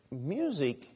music